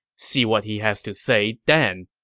see what he has to say then.